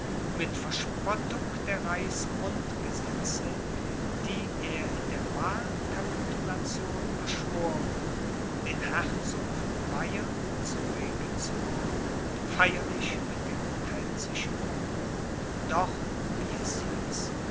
mit verspottung der reichsgrundgesetze die er in der wahlkapitulation beschworen den herzog von bayern zu regensburg feierlich mit der pfälzischen kur doch wie es hieß